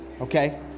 Okay